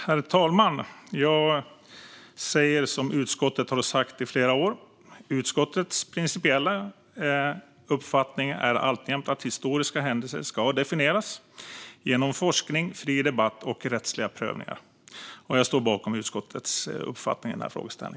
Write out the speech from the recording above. Herr talman! Jag säger som utskottet har sagt i flera år: Utskottets principiella uppfattning är alltjämt att historiska händelser ska definieras genom forskning, fri debatt och rättsliga prövningar. Jag står bakom utskottets uppfattning i den här frågan.